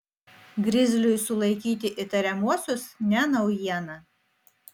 grizliui sulaikyti įtariamuosius ne naujiena